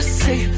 say